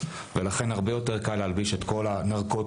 ולכן הרבה יותר קל להלביש את כל הנרקוטיקה